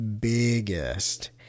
biggest